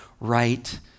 right